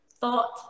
thought